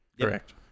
Correct